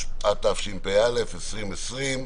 התשפ"א-2020.